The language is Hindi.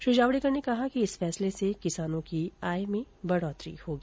श्री जावडेकर ने कहा है कि इस फैसले से किसानों की आय में वृद्धि होगी